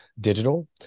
digital